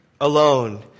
alone